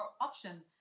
option